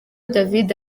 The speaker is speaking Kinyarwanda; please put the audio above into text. david